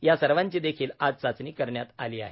या सर्वांची देखील आज चाचणी करण्यात आली आहे